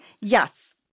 Yes